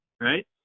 right